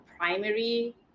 primary